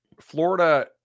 Florida